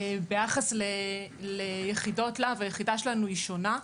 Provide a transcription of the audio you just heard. ביחס ליחידות "להב", היחידה שלנו היא שונה.